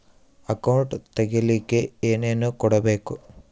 Account ತೆಗಿಲಿಕ್ಕೆ ಏನೇನು ಕೊಡಬೇಕು?